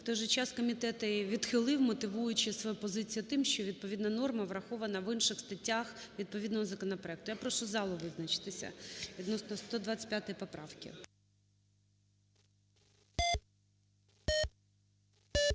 В той же час комітет її відхилив, мотивуючи свою позицію тим, що відповідна норма врахована в інших статтях відповідного законопроекту. Я прошу залу визначитися відносно 125 поправки.